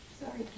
Sorry